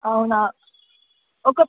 అవునా ఒక